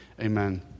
amen